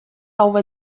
over